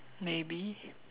maybe